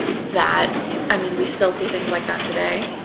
that i mean, we still see things like that today.